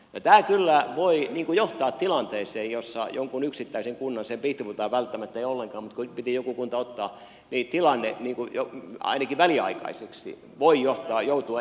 tämä kyllä voi johtaa tilanteeseen jossa jonkun yksittäisen kunnan tilanne sen pihtipuhtaan välttämättä ei ollenkaan mutta kun piti joku kunta ottaa ainakin väliaikaisesti voi johtaa erittäin vaikeaan tilanteeseen